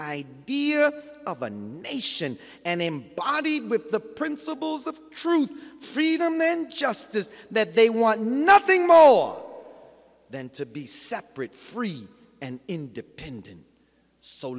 idea of a nation and embodied with the principles of truth freedom and justice that they want nothing more than to be separate free and independent so